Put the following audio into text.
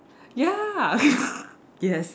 ya yes